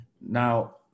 Now